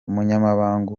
umunyamabanga